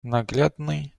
наглядный